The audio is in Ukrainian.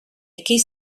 який